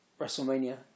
WrestleMania